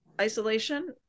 isolation